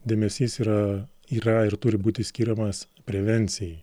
dėmesys yra yra ir turi būti skiriamas prevencijai